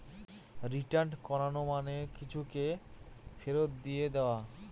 return করানো মানে কিছুকে ফেরত দিয়ে দেওয়া